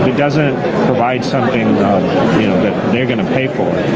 doesn't provide something that they're going to pay for.